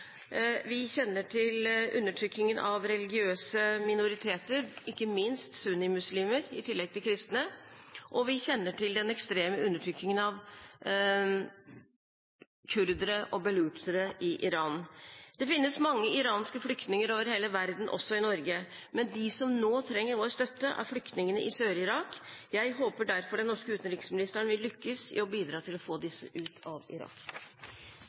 Vi kjenner til undertrykkingen av religiøse minoriteter, ikke minst sunnimuslimer, i tillegg til kristne, og vi kjenner til den ekstreme undertrykkingen av kurdere og balutsjere i Iran. Det finnes mange iranske flyktninger over hele verden, også i Norge. Men de som nå trenger vår støtte, er flyktningene i Sør-Irak. Jeg håper derfor at den norske utenriksministeren vil lykkes i å bidra til å få disse ut av Irak.